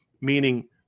meaning